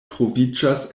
troviĝas